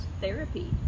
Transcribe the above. therapy